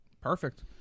Perfect